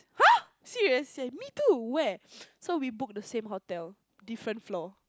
!huh! serious same me too where so we book the same hotel different floor